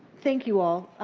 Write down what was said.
thank you all.